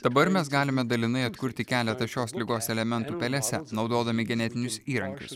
dabar mes galime dalinai atkurti keletą šios ligos elementų pelėse naudodami genetinius įrankius